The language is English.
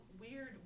weird